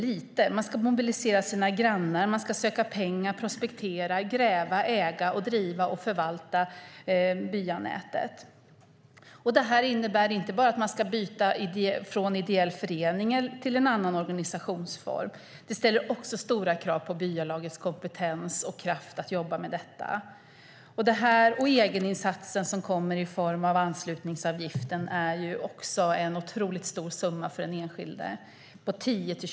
De ska mobilisera sina grannar, de ska söka pengar, prospektera, gräva, äga, driva och förvalta byanätet. Detta innebär inte bara att man ska byta organisationsform från ideell förening till en annan form; det ställer också stora krav på byalagets kompetens och kraft att jobba med detta. Den egeninsats på 10 000-20 000 kronor som kommer i form av anslutningsavgiften är också en otroligt stor summa för den enskilde.